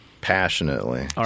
Passionately